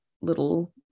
little